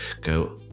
go